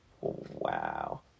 Wow